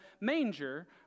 manger